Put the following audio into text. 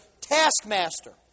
taskmaster